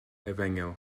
efengyl